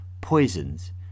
poisons